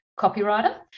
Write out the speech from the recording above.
copywriter